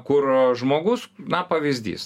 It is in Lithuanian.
kur žmogus na pavyzdys